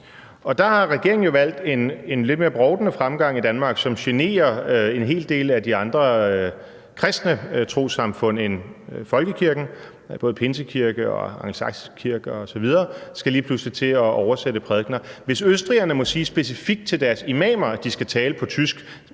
Der har regeringen jo valgt en lidt mere brovtende fremgang i Danmark, som generer en hel del af de andre kristne trossamfund end folkekirken. Både pinsekirken og den angelsaksiske kirke osv. skal lige pludselig til at oversætte prædikener. Hvis østrigerne må sige specifikt til deres imamer, at de skal tale på tysk,